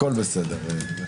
הכול בסדר.